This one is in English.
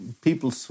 people